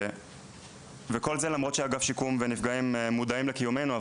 כל זה למרות שאגף השיקום והנפגעים מודעים לקיומנו,